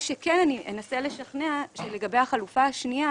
מה שכן, אני אנסה לשכנע לגבי החלופה השנייה